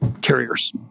carriers